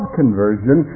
conversion